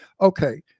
Okay